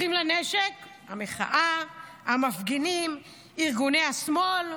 אחים לנשק, המחאה, המפגינים, ארגוני השמאל.